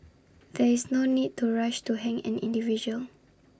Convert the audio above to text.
there is no need to rush to hang an individual